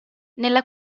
nella